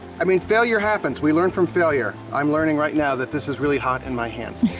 i mean, failure happens, we learn from failure. i'm learning right now that this is really hot in my hands.